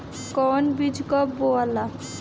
कौन बीज कब बोआला?